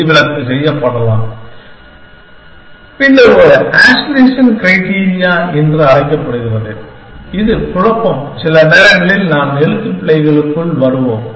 விதிவிலக்கு செய்யப்படலாம் பின்னர் ஒரு ஆஸ்பிரேஷன் க்ரைட்டீரியா என அழைக்கப்படுகிறது இது குழப்பம் சில நேரங்களில் நான் எழுத்துப்பிழைக்குள் வரும்